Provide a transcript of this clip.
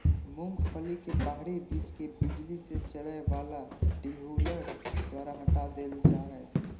मूंगफली के बाहरी बीज के बिजली से चलय वला डीहुलर द्वारा हटा देल जा हइ